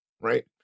right